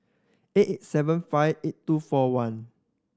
eight eight seven five eight two four one